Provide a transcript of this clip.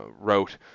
wrote